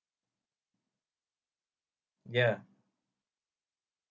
ya